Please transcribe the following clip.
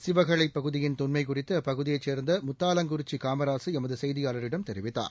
சிவகளை பகுதியின் தொன்மை குறித்து அப்பகுதியை சே்ந்த முத்தாலங்குறிச்சி காமராசு எமது செய்தியாளரிடம் தெரிவித்தார்